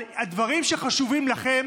הדברים שחשובים לכם,